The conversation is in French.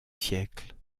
siècles